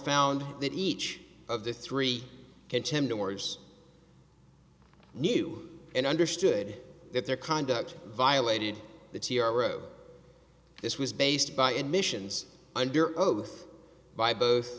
found that each of the three contenders knew and understood that their conduct violated the t r o this was based by admissions under oath by both